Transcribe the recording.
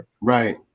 Right